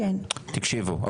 תקשיבו,